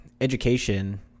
education